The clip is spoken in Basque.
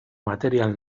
material